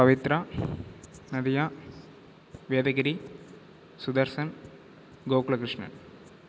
Pavithra Nadiya Vedagiri Sudharsan Gokula Krishnan